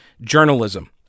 journalism